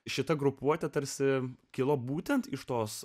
šita grupuotė tarsi kilo būtent iš tos